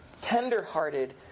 tender-hearted